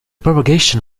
propagation